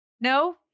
No